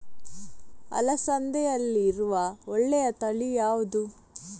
ಅಲಸಂದೆಯಲ್ಲಿರುವ ಒಳ್ಳೆಯ ತಳಿ ಯಾವ್ದು?